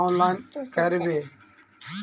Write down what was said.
Online करवे?